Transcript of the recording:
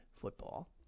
football